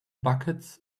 buckets